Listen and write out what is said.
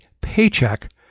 paycheck